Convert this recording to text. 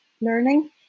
learning